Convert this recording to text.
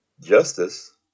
Justice